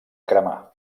cremar